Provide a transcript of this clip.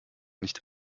nicht